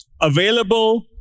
available